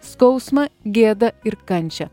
skausmą gėdą ir kančią